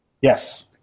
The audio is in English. Yes